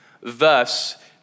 Thus